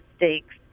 mistakes